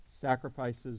sacrifices